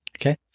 okay